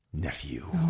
Nephew